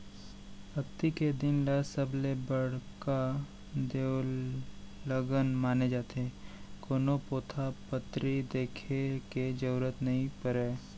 अक्ती के दिन ल सबले बड़का देवलगन माने जाथे, कोनो पोथा पतरी देखे के जरूरत नइ परय